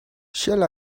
shall